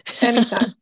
Anytime